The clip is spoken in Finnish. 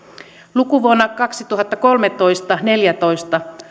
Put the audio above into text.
lukuvuonna kaksituhattakolmetoista viiva neljätoista